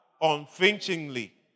unflinchingly